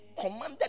commanded